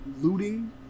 looting